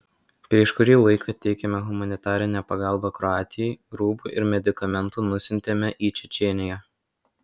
prieš kurį laiką teikėme humanitarinę pagalbą kroatijai rūbų ir medikamentų nusiuntėme į čečėniją